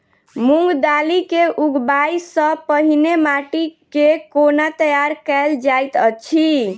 मूंग दालि केँ उगबाई सँ पहिने माटि केँ कोना तैयार कैल जाइत अछि?